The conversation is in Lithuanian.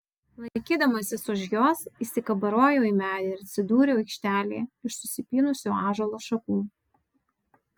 laikydamasis už jos įsikabarojau į medį ir atsidūriau aikštelėje iš susipynusių ąžuolo šakų